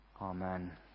Amen